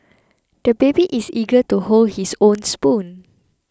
the baby is eager to hold his own spoon